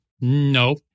No